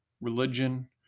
religion